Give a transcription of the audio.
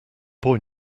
boy